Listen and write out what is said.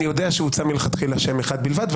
אני יודע שהוצע מלכתחילה שם אחד בלבד,